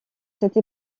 cette